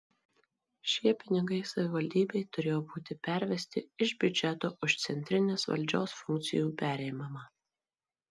šie pinigai savivaldybei turėjo būti pervesti iš biudžeto už centrinės valdžios funkcijų perėmimą